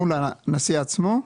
מול הנשיא עצמו,